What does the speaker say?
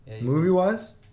Movie-wise